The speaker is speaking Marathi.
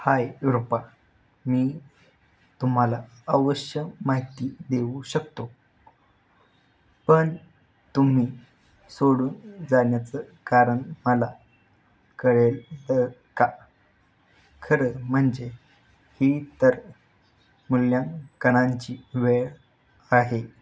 हाय रुपा मी तुम्हाला अवश्य माहिती देऊ शकतो पण तुम्ही सोडून जाण्याचं कारण मला कळेल का खरं म्हणजे ही तर मूल्यांकनांची वेळ आहे